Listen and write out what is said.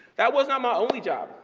that was not my only job.